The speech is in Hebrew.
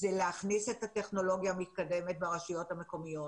זה להכניס את הטכנולוגיה המתקדמת ברשויות המקומיות